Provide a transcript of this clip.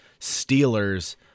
Steelers